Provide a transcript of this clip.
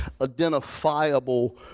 identifiable